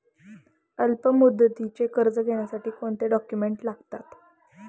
अल्पमुदतीचे कर्ज घेण्यासाठी कोणते डॉक्युमेंट्स लागतात?